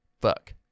Fuck